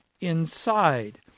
inside